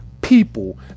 people